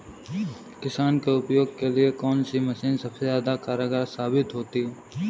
किसान के उपयोग के लिए कौन सी मशीन सबसे ज्यादा कारगर साबित होती है?